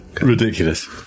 Ridiculous